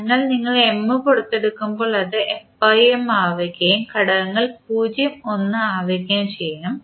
അതിനാൽ നിങ്ങൾ M പുറത്തെടുക്കുമ്പോൾ അത് f M ആവുകയും ഘടകങ്ങൾ 0 1 ആവുകയും ചെയ്യും